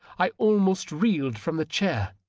i almost reeled from the chair,